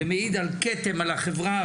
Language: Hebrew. זה מעיד על כתם על החברה.